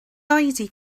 oedi